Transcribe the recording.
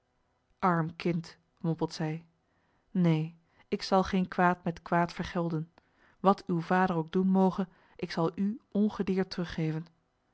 arm kind mompelt zij heen ik zal geen kwaad met kwaad vergelden wat uw vader ook doen moge ik zal u ongedeerd teruggeven